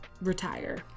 retire